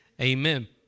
Amen